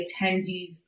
attendees